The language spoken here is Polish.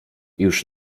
już